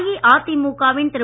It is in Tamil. அஇஅதிமுக வின் திரு